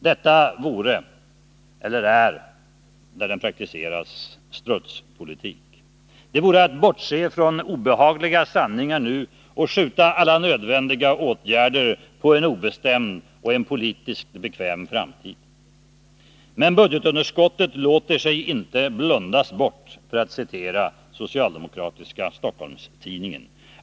Detta vore — eller är, där den politiken praktiseras —strutspolitik. Det vore att bortse från obehagliga sanningar nu och skjuta alla nödvändiga åtgärder på en obestämd och politiskt bekväm framtid. Men ”budgetunderskottet låter sig inte blundas bort”, för att citera socialdemokratiska Stockholms-Tidningen.